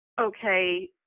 okay